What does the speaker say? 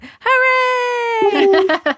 Hooray